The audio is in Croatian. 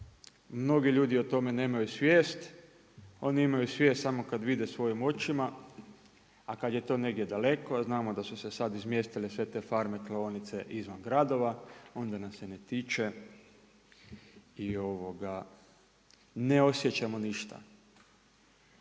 mnogi ljudi o tome nemaju svijest, oni imaju svijest samo kada vide svojim očima a kada je to negdje daleko a znamo da su se sada izmjestile sve te farme, klaonice izvan gradova onda nas se ne tiče i ne osjećamo ništa.